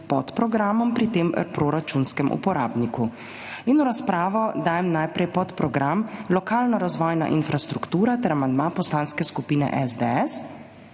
podprogramom pri tem proračunskem uporabniku. V razpravo dajem najprej podprogram Lokalno razvojna infrastruktura ter amandma Poslanske skupine SDS.